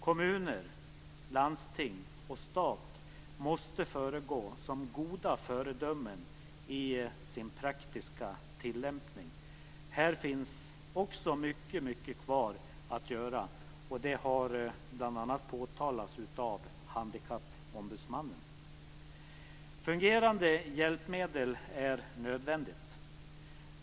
Kommuner, landsting och stat måste vara goda föredömen i sin praktiska tillämpning. Här finns också mycket kvar att göra. Det har bl.a. påtalats av Handikappombudsmannen. Fungerande hjälpmedel är nödvändiga.